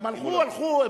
הם הלכו, הלכו.